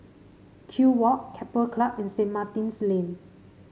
Kew Walk Keppel Club and Saint Martin's Lane